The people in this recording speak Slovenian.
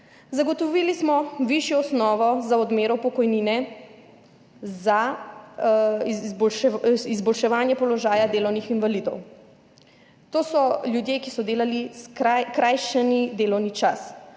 Zagotovili smo višjo osnovo za odmero pokojnine za izboljševanje položaja delovnih invalidov. To so ljudje, ki so delali skrajšani delovni čas.